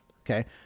Okay